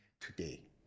today